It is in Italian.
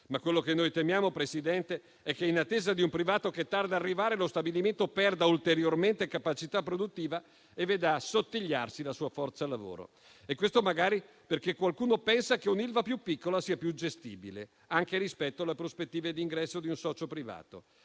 Ma quello che noi temiamo, Presidente, è che in attesa di un privato che tarda ad arrivare lo stabilimento perda ulteriormente capacità produttiva e veda assottigliarsi la sua forza lavoro. Questo magari perché qualcuno pensa che un'Ilva più piccola sia più gestibile, anche rispetto alle prospettive di ingresso di un socio privato.